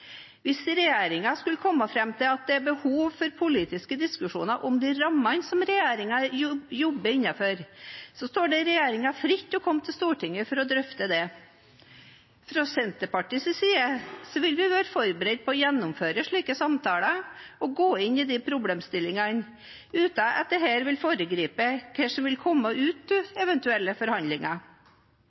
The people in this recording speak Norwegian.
Hvis regjeringen skulle komme fram til at det er behov for politiske diskusjoner om rammene som regjeringen jobber innenfor, står det regjeringen fritt å komme til Stortinget for å drøfte det. Fra Senterpartiets side vil vi være forberedt på å gjennomføre slike samtaler og gå inn i problemstillingene uten at dette vil foregripe hva som vil komme ut av eventuelle forhandlinger.